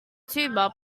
tuba